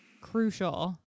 crucial